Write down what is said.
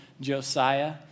Josiah